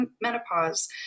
Menopause